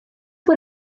for